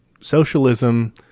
socialism